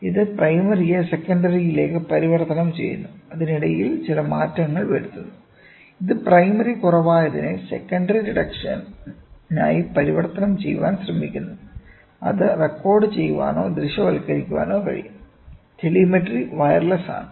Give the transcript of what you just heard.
ഇത് പ്രൈമറിയെ സെക്കൻഡറിയിലേക്ക് പരിവർത്തനം ചെയ്യുന്നു അതിനിടയിൽ ചില മാറ്റങ്ങൾ വരുത്തുന്നു ഇത് പ്രൈമറി കുറവായതിനെ സെക്കണ്ടറി റിഡക്ഷനായി പരിവർത്തനം ചെയ്യാൻ ശ്രമിക്കുന്നു അത് റെക്കോർഡുചെയ്യാനോ ദൃശ്യവൽക്കരിക്കാനോ കഴിയും ടെലിമെട്രി വയർലെസ് ആണ്